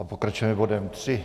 Pokračujeme bodem 3.